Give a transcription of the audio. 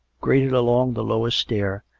grated along the lowest stair,